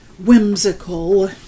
whimsical